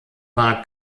war